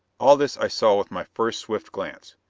all this i saw with my first swift glance.